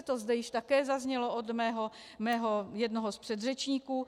To zde již také zaznělo od mého jednoho z předřečníků.